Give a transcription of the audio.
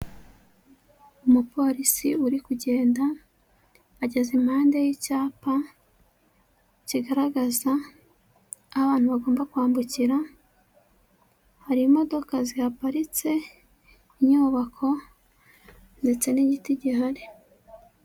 Umupolisi uri kugenda, ageze impande y'icyapa kigaragaza aho abantu bagomba kwambukira, hari imodoka zihaparitse, inyubako ndetse n'igiti gihari.